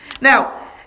Now